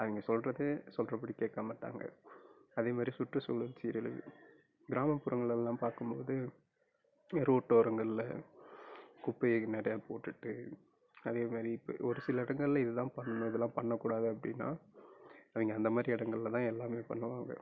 அவங்க சொல்கிறது சொல்கிற படி கேட்காம இருக்காங்க அதேமாதிரி சுற்றுசூழல் சீரழிவு கிராமப்புறங்களெல்லாம் பார்க்கும்போது ரோட் ஓரங்கள்ல குப்பையை நிறைய போட்டுட்டு அதே மாதிரி ஒரு சில இடங்கள்ல இதுதான் பண்ணணும் இதெலாம் பண்ணக்கூடாது அப்படின்னா அவய்ங்க அந்த மாதிரி இடங்கள்லதான் எல்லாமே பண்ணுவாங்க